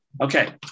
Okay